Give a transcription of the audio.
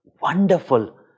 wonderful